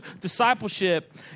discipleship